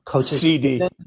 CD